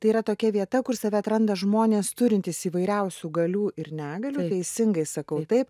tai yra tokia vieta kur save atranda žmonės turintys įvairiausių galių ir negalių teisingai sakau taip